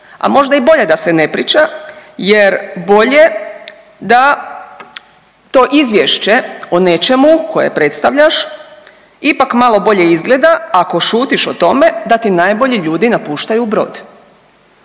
a možda i bolje da se ne priča jer bolje da to izvješće o nečemu koje predstavljaš ipak malo bolje izgleda ako šutiš o tome da ti najbolji ljudi napuštaju brod.